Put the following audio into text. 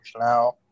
now